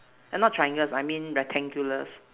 not triangles I mean rectangulars